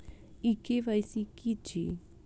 ई KYC की अछि?